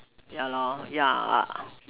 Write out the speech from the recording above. yeah lor yeah